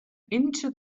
into